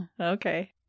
Okay